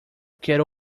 quero